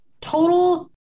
total